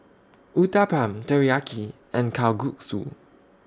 Uthapam Teriyaki and Kalguksu